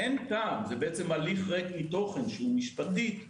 זה הליך ריק מתוכן שמשפטית הוא